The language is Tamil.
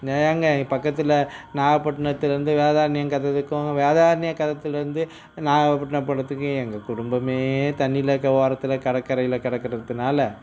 பக்கத்தில் நாகப்பட்டினத்தில இருந்து வேதாரண்யம் வேதாரண்ய இருந்து நாகப்பட்டினம் எங்கள் குடும்பமே தண்ணியில இருக்கிற ஓரத்தில் கடற்கரையில் கிடக்கிறதுனால